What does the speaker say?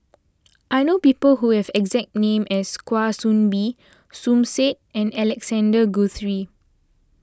I know people who have exact name as Kwa Soon Bee Som Said and Alexander Guthrie